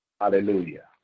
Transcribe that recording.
Hallelujah